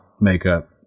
makeup